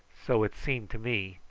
so it seemed to me,